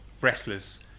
wrestlers